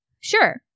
sure